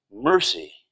Mercy